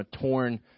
torn